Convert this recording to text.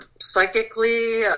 psychically